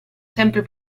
sempre